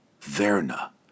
Verna